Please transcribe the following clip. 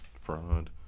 fraud